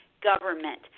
government